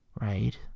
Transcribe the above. right